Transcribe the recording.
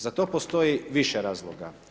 Za to postoji više razloga.